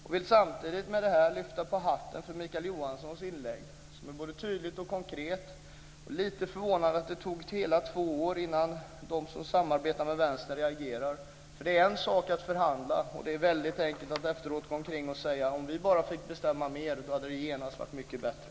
Jag vill samtidigt lyfta på hatten för Mikael Johanssons inlägg, som var både tydligt och konkret. Det är lite förvånande att det tog hela två år innan de som samarbetar med Vänstern reagerar. För det är en sak att förhandla, och det är väldigt enkelt att efteråt gå omkring och säga: Om vi bara fick bestämma mer hade det genast varit mycket bättre.